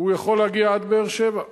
הוא יכול להגיע עד באר-שבע.